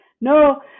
no